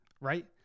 Right